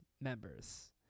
members